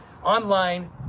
online